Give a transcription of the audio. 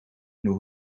nog